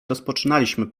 rozpoczynaliśmy